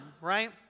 right